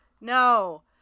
No